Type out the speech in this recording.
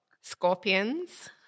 scorpions